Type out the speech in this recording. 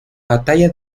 batalla